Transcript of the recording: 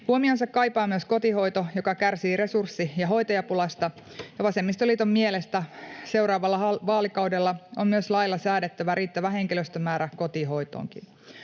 Huomionsa kaipaa myös kotihoito, joka kärsii resurssi- ja hoitajapulasta. Vasemmistoliiton mielestä seuraavalla vaalikaudella on lailla säädettävä riittävä henkilöstömäärä kotihoitoonkin.